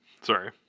sorry